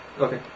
Okay